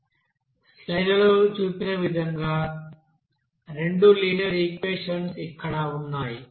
స్లైడ్లలో చూపిన రెండు లినియర్ ఈక్వెషన్స్ ఇక్కడ వున్నాయి